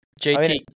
jt